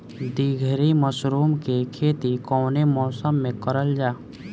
ढीघरी मशरूम के खेती कवने मौसम में करल जा?